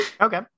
okay